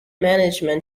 management